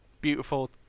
beautiful